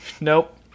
nope